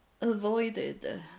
avoided